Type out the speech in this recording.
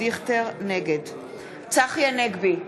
צחי הנגבי,